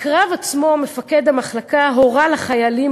בקרב עצמו מפקד המחלקה הורה לחיילים